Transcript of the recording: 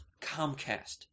Comcast